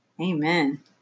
Amen